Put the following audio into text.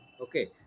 Okay